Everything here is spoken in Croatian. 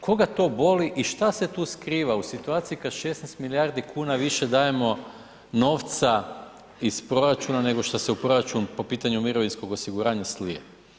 Koga to boli i šta se tu skriva u situaciji kada 16 milijardi kuna više dajemo novca iz proračuna nego šta se u proračun po pitanju mirovinskog osiguranja slije?